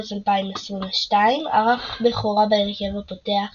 במרץ 2022 ערך בכורה בהרכב הפותח